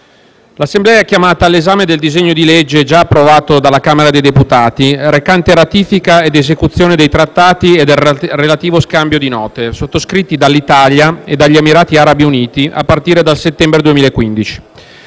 l'Assemblea è chiamata all'esame del disegno di legge già approvato dalla Camera dei deputati recante ratifica ed esecuzione dei Trattati e del relativo scambio di note, sottoscritti dall'Italia e dagli Emirati Arabi Uniti a partire dal settembre 2015,